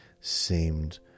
seemed